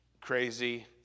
crazy